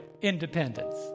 independence